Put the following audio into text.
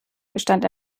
gestand